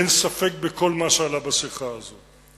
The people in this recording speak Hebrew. אין ספק בכל מה שעלה בשיחה הזאת,